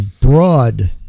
broad